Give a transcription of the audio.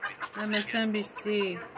MSNBC